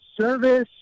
service